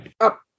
up